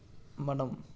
మనం